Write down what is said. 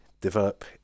develop